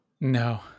No